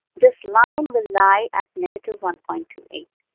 this line will lie at negative one point two eight.